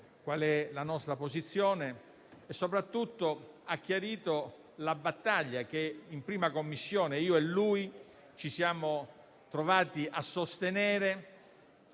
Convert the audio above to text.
la nostra posizione e, soprattutto, ha chiarito la battaglia che in 1a Commissione io e lui ci siamo trovati a sostenere